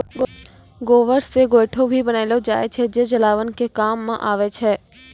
गोबर से गोयठो भी बनेलो जाय छै जे जलावन के काम मॅ आबै छै